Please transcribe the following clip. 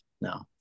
No